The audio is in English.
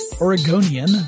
Oregonian